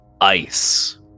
ice